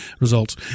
results